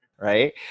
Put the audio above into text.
right